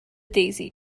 daisy